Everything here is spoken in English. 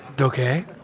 Okay